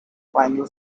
final